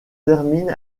termine